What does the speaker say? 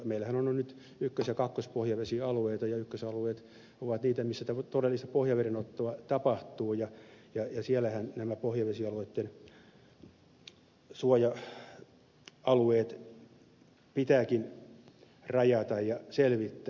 meillähän on nyt ykkös ja kakkospohjavesialueita ja ykkösalueet ovat niitä missä todellista pohjavedenottoa tapahtuu ja siellähän nämä pohjavesialueitten suoja alueet pitääkin rajata ja selvittää